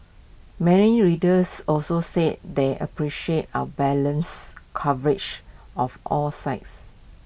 many readers also said they appreciated our balanced coverage of all sides